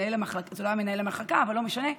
זה לא היה מנהל המחלקה, אבל לא משנה,